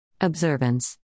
Observance